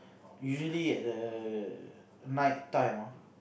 usually at the night time ah